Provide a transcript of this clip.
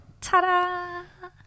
Ta-da